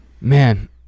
man